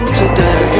today